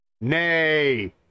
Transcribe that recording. Nay